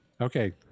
Okay